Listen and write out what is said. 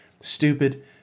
stupid